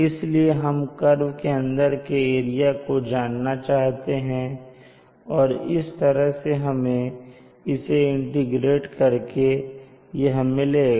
इसलिए हम कर्व के अंदर के एरिया को जानना चाहते हैं और इस तरह से हमें इसे इंटीग्रेट करके यह मिलेगा